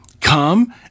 Come